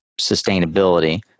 sustainability